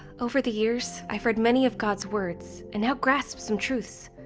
over the years, i've read many of god's words and now grasp some truths.